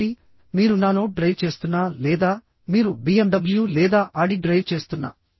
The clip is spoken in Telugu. కాబట్టి మీరు నానో డ్రైవ్ చేస్తున్నా లేదా మీరు బిఎమ్డబ్ల్యూ లేదా ఆడి డ్రైవ్ చేస్తున్నా